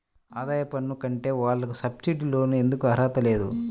ఆదాయ పన్ను కట్టే వాళ్లకు సబ్సిడీ లోన్ ఎందుకు అర్హత లేదు?